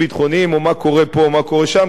ביטחוניים או מה קורה פה או מה קורה שם,